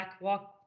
walk